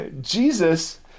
Jesus